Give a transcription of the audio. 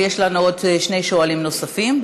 יש לנו עוד שני שואלים נוספים.